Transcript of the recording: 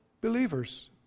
believers